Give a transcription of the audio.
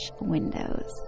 windows